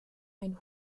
ein